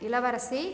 இளவரசி